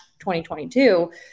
2022